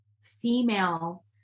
female